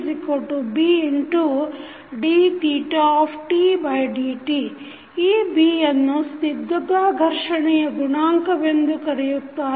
ಈ B ಯನ್ನು ಸ್ನಿಗ್ಧತಾ ಘರ್ಷಣೆಯ ಗುಣಾಂಕವೆಂದು ಕರೆಯುತ್ತಾರೆ